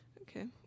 Okay